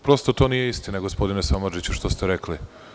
Prosto, to nije istina gospodine Samardžiću što ste rekli.